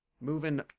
Moving